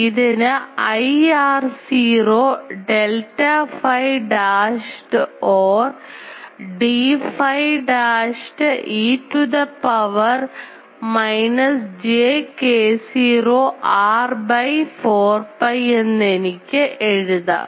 ഇതിന് I r0 delta phi dashed or d phi dashed e to the power minus j k0 r by 4 pi എന്നെനിക്ക് എഴുതാം